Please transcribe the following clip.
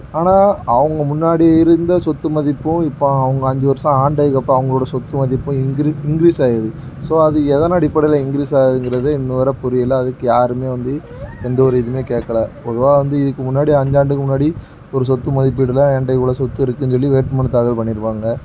ஆனால் அவங்க முன்னாடி இருந்த சொத்துமதிப்பும் இப்போ அவங்க அஞ்சு வருஷம் ஆண்டதுக்கப்புறம் அவர்களோட சொத்துமதிப்பு இன் இன்க்ரீஸ் ஆகிருக்கு ஸோ அது எதன் அடிப்படையில் இன்க்ரீஸ் ஆகுதுங்கிறது இன்னி வர புரியலை அதுக்கு யாருமே வந்து எந்த ஓரு இதுவுமே கேட்கல பொதுவாக வந்து இதுக்கு முன்னாடி ஐந்தாண்டுக்கு முன்னாடி ஒரு சொத்து மதிபீடில் என்கிட்ட இவ்வளோ சொத்திருக்குன்னு சொல்லி வேட்பு மனு தாக்கல் பண்ணிடுவாங்க